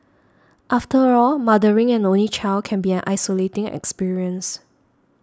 after all mothering an only child can be an isolating experience